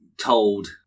told